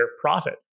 profit